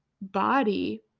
body